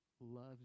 loves